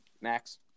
Max